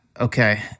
okay